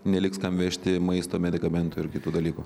neliks kam vežti maisto medikamentų ir kitų dalykų